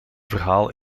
verhaal